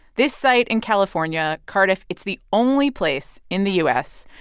this site in california, cardiff, it's the only place in the u s.